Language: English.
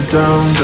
down